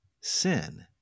sin